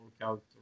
workout